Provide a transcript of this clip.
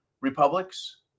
republics